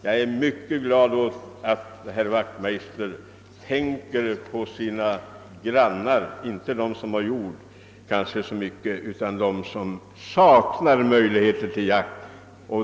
Jag är mycket glad över att herr Wachtmeister tänker på sina grannar — kanske inte så mycket på dem som har jord utan på dem som saknar möjligheter till jakt.